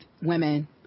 women